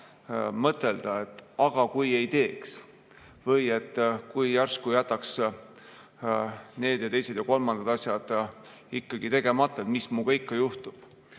mõtelda, aga kui ei teeks või et kui järsku jätaks need ja teised ja kolmandad asjad ikkagi tegemata, et mis minuga ikka juhtub. Siin